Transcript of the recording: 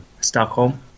stockholm